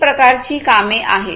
तीन प्रकारची कामे आहेत